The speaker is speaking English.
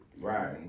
Right